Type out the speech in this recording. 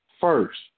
first